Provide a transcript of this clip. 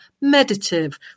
meditative